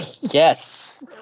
yes